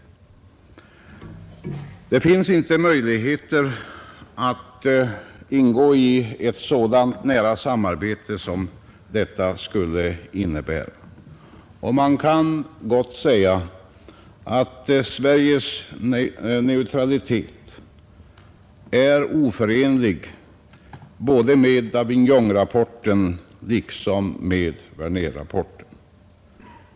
Det finns inte möjligheter att ingå i ett sådant nära samarbete som medlemskap skulle innebära. Man kan gott säga att Sveriges neutralitet är oförenlig både med Davignonrapporten och med Wernerrapporten.